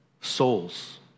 souls